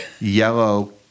yellow